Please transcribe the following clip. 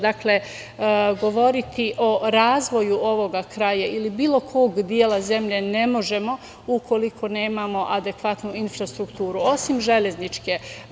Dakle, govoriti o razvoju ovoga kraja ili bilo kog dela zemlje ne možemo ukoliko nemamo adekvatnu infrastrukturu osim železničke.